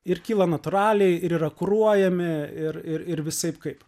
ir kyla natūraliai ir yra kuruojami ir ir visaip kaip